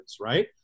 right